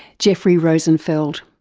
jeffrey rosenfeld.